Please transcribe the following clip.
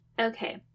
Okay